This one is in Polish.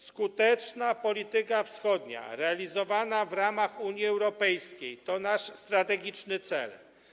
Skuteczna polityka wschodnia realizowana w ramach Unii Europejskiej to nasz strategiczny cel.